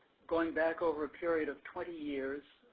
going back over period of twenty years,